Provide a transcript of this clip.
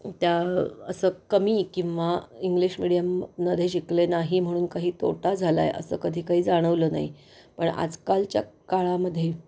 त्या असं कमी किंवा इंग्लिश मिडीयममध्ये शिकले नाही म्हणून काही तोटा झाला आहे असं कधी काही जाणवलं नाही पण आजकालच्या काळामध्ये